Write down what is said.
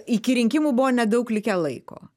iki rinkimų buvo nedaug likę laiko